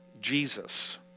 Jesus